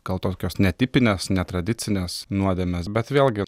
gal tokios netipinės netradicinės nuodėmės bet vėlgi